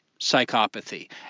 psychopathy